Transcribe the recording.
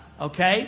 Okay